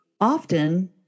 often